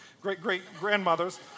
Great-great-grandmothers